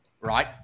right